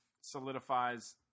solidifies